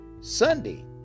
Sunday